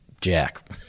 jack